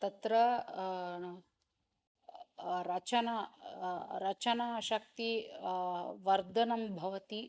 तत्र न रचना रचनाशक्तेः वर्धनं भवति